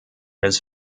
his